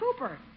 Cooper